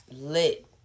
lit